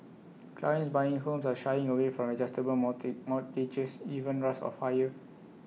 clients buying homes are shying away from adjustable mortgages even risks of higher